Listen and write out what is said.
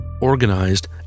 organized